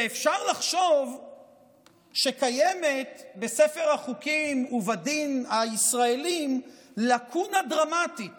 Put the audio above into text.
אפשר לחשוב שקיימת בספר החוקים ובדין הישראלי לקונה דרמטית